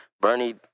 Bernie